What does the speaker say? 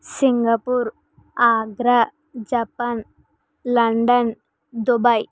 Singapore Agra Japan London Dubai